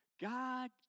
god